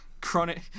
Chronic